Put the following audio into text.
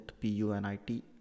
P-U-N-I-T